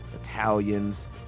Italians